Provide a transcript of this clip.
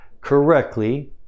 correctly